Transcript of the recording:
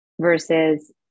versus